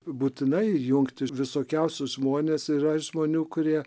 būtinai jungti visokiausius žmones yra žmonių kurie